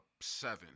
seven